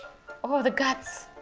oh, the guts.